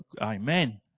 amen